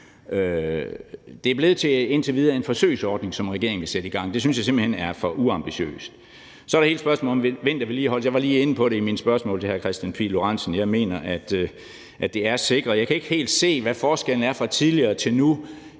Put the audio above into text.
videre blevet til en forsøgsordning, som regeringen vil sætte i gang. Det synes jeg simpelt hen er for uambitiøst. Så er der hele spørgsmålet om vintervedligeholdelse. Jeg var lige inde på det i mine spørgsmål til hr. Kristian Pihl Lorentzen. Jeg mener, at det er sikret. Jeg kan ikke helt se, hvad forskellen er fra tidligere til nu.